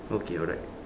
okay alright